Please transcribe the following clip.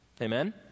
Amen